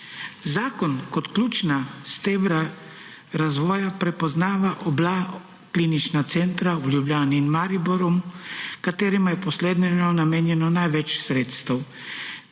Zakon kot ključna stebra razvoja prepoznava oba klinična centra v Ljubljani in Mariboru, katerima je posledično namenjeno največ sredstev: